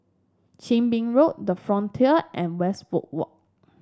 Chin Bee Road the Frontier and Westwood Walk